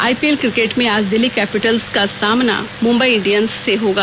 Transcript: IPL cricket में आज Delhi Capitals का सामना मुंबई इंडियन्स से होगा